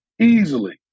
easily